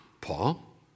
Paul